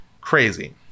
crazy